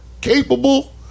capable